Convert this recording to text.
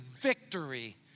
victory